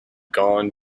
gone